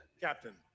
captain